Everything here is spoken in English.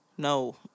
No